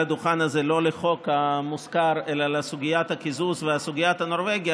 הדוכן הזה לא לחוק המוזכר אלא לסוגיית הקיזוז והסוגיה הנורבגית,